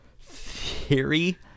theory